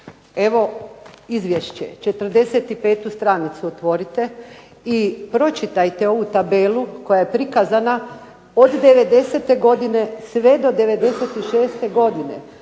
Evo izvješće, 45. stranicu otvorite i pročitajte ovu tabelu koja je prikazana od '90. godine sve do '96. godine